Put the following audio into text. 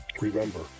Remember